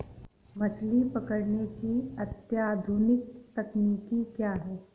मछली पकड़ने की अत्याधुनिक तकनीकी क्या है?